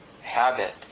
habit